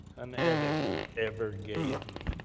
an editor ever gave